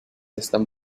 están